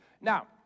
Now